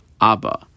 Abba